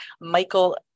Michael